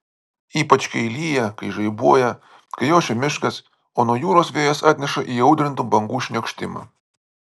ypač kai lyja kai žaibuoja kai ošia miškas o nuo jūros vėjas atneša įaudrintų bangų šniokštimą